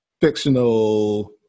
fictional